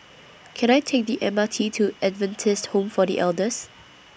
Can I Take The M R T to Adventist Home For The Elders